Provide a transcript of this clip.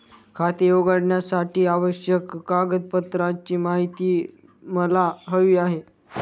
खाते उघडण्यासाठीच्या आवश्यक कागदपत्रांची माहिती मला हवी आहे